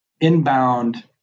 inbound